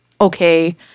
okay